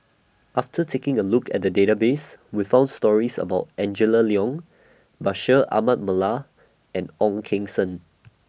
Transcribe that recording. after taking A Look At The Database We found stories about Angela Liong Bashir Ahmad Mallal and Ong Keng Sen